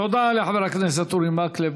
תודה לחבר הכנסת אורי מקלב.